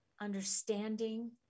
understanding